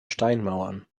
steinmauern